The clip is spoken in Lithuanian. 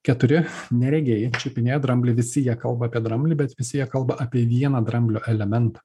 keturi neregiai čiupinėja dramblį visi jie kalba apie dramblį bet visi jie kalba apie vieną dramblio elementą